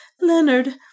Leonard